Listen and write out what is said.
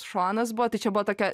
šonas buvo tai čia buvo tokia